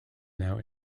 now